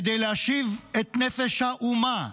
כדי להשיב את נפש האומה,